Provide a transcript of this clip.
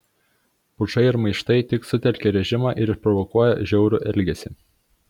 pučai ir maištai tik sutelkia režimą ir išprovokuoja žiaurų elgesį